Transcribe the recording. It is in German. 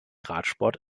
radsport